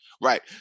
right